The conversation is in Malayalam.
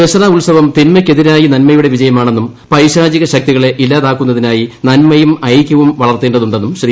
ദസ്റ്റ ഉത്സവം തിന്മയ്ക്കെതിരായി നന്മയുടെ വിജയമാണെന്നും പൈശാചിക ശക്തികളെ ഇല്ലാതാക്കുന്നതിനായി നന്മയും ഐക്യവും വളർത്തേണ്ടതുണ്ടെന്നും ശ്രീ